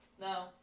no